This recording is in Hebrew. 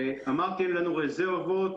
אמרתי שאין לנו רזרבות.